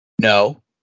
No